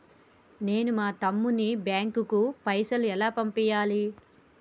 నేను మా తమ్ముని బ్యాంకుకు పైసలు ఎలా పంపియ్యాలి?